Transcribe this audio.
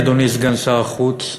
אדוני סגן שר החוץ,